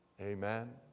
Amen